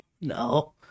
No